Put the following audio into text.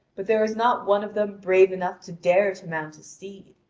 but there is not one of them brave enough to dare to mount a steed.